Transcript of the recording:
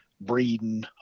breeding